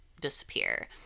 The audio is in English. disappear